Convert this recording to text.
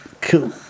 Cool